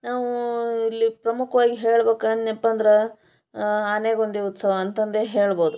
ನಾವು ಇಲ್ಲಿ ಪ್ರಮುಖವಾಗಿ ಹೇಳ್ಬೇಕು ಅಂದ್ನ್ಯಪ್ಪ ಅಂದ್ರೆ ಆನೆಗುಂದಿ ಉತ್ಸವ ಅಂತಂದು ಹೇಳ್ಬೋದು